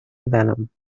venom